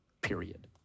period